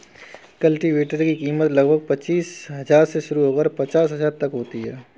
cultivator की कीमत लगभग पचीस हजार से शुरू होकर पचास हजार तक होती है